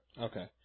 Okay